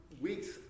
week's